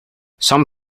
some